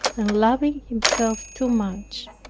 and loving himself too much.